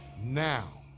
Now